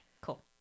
cool